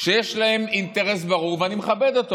שיש להם אינטרס ברור, ואני מכבד אותו.